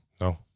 No